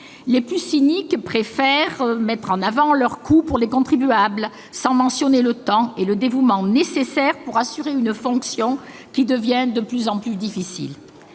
Les plus cyniques préfèrent mettre en avant le coût de ces élus pour les contribuables, sans mentionner le temps et le dévouement nécessaires pour assurer une fonction qui devient de plus en plus difficile.